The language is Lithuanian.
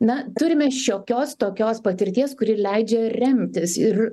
na turime šiokios tokios patirties kuri leidžia remtis ir